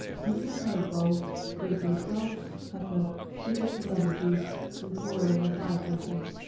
put in a salad bowl, sprinkle with salt pepper, sugar and lemon-juice and pour over a salad-dressing.